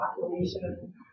population